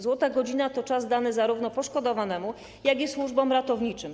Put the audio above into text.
Złota godzina to czas dany zarówno poszkodowanemu, jak i służbom ratowniczym.